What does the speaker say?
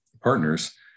partners